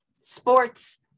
Sports